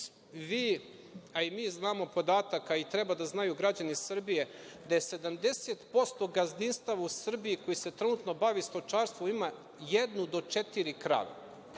vi a i mi znamo podatak, a treba i da znaju i građani Srbije da je 70% gazdinstava u Srbiji koji se trenutno bavi stočarstvom ima jednu do četiri krave. To